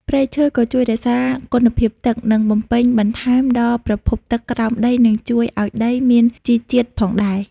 ព្រៃឈើក៏ជួយរក្សាគុណភាពទឹក និងបំពេញបន្ថែមដល់ប្រភពទឹកក្រោមដីនិងជួយឲ្យដីមានជីជាតិផងដែរ។